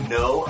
no